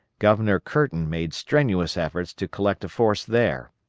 governor curtin made strenuous efforts to collect a force there.